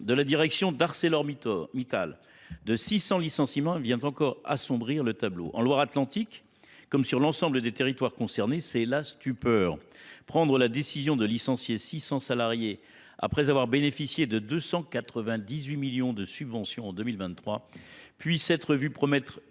de la direction d'ArcelorMittal de 600 licenciements vient encore assombrir le tableau. En Loire-Atlantique, comme sur l'ensemble des territoires concernés, c'est là stupeur. Prendre la décision de licencier 600 salariés après avoir bénéficié de 298 millions de subventions en 2023, puis s'être vu promettre